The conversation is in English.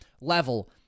level